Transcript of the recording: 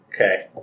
Okay